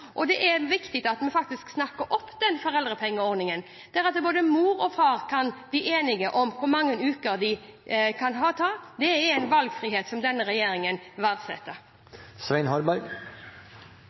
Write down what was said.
viktig at man snakker opp den foreldrepengeordningen. Det at mor og far kan bli enige om hvor mange uker de skal ta, er en valgfrihet som denne regjeringen verdsetter.